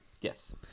Yes